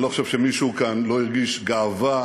אני לא חושב שמישהו כאן לא הרגיש גאווה,